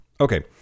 Okay